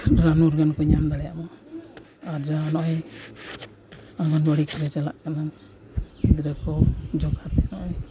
ᱨᱟᱱ ᱢᱩᱨᱜᱟᱹᱱ ᱠᱚ ᱧᱟᱢ ᱧᱟᱢ ᱫᱟᱲᱮᱭᱟᱜᱢᱟ ᱟᱨ ᱡᱟᱦᱟᱸ ᱱᱚᱜᱼᱚᱸᱭ ᱚᱜᱚᱱᱣᱟᱹᱲᱤ ᱠᱚ ᱪᱟᱞᱟᱜ ᱠᱟᱱᱟ ᱜᱤᱫᱽᱨᱟᱹ ᱠᱚ ᱡᱚᱢ ᱠᱷᱟᱹᱛᱤᱨ ᱱᱚᱜᱼᱚᱸᱭ